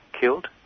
killed